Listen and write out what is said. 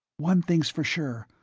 one thing's for sure.